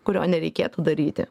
kurio nereikėtų daryti